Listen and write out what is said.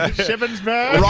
ah shippensburg.